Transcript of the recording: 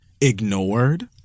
ignored